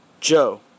Joe